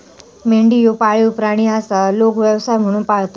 मेंढी ह्यो पाळीव प्राणी आसा, लोक व्यवसाय म्हणून पाळतत